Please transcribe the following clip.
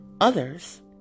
Others